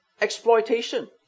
exploitation